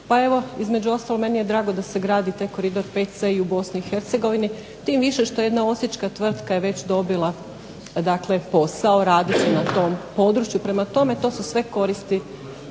pa evo između ostalog meni je drago da se gradi taj koridor VC i u Bosni i Hercegovini tim više što jedna osječka tvrtka je već dobila, dakle posao. Radit će na tom području. Prema tome, to su sve koristi.